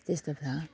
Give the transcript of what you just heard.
त्यस्तो छ